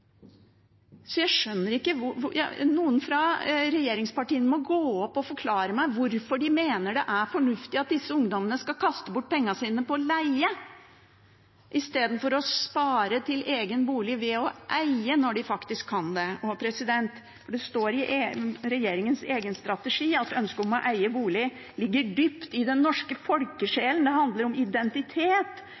Så jeg skjønner det ikke – noen fra regjeringspartiene må gå opp og forklare meg hvorfor de mener det er fornuftig at disse ungdommene skal kaste bort pengene sine på å leie i stedet for å spare til egen bolig ved å eie, når de faktisk kan det. Det står i regjeringens egen strategi at ønsket om å eie bolig ligger dypt i den norske folkesjelen – det handler om identitet,